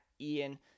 Ian